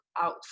out